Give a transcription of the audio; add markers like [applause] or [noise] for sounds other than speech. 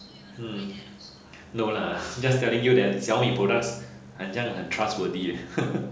hmm no lah just telling you that Xiaomi products 好像很 trustworthy eh [laughs]